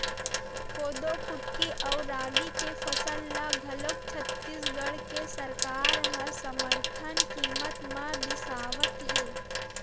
कोदो कुटकी अउ रागी के फसल ल घलोक छत्तीसगढ़ के सरकार ह समरथन कीमत म बिसावत हे